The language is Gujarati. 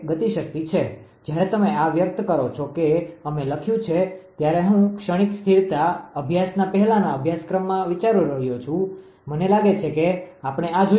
𝑘𝑒 જ્યારે તમે આ વ્યક્ત કરો કે અમે લખ્યું છે ત્યારે હું ક્ષણિક સ્થિરતા અભ્યાસના પહેલાના અભ્યાસક્રમમાં વિચારું છું મને લાગે છે કે આપણે આ જોયું છે